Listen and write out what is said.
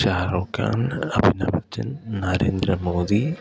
Shahrukh Khan Amitabh Bachchan Narendra Modi